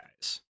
guys